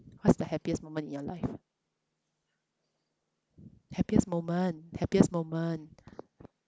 what's the happiest moment in your life happiest moment happiest moment